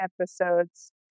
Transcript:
episodes